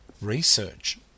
Research